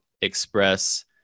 Express